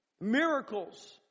Miracles